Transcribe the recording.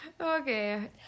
Okay